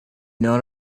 known